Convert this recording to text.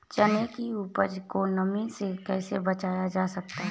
चने की उपज को नमी से कैसे बचाया जा सकता है?